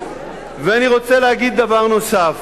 ואני רוצה להגיד דבר נוסף,